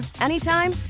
anytime